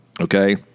Okay